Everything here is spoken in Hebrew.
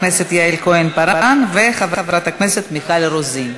חברת הכנסת יעל כהן-פארן וחברת הכנסת מיכל רוזין,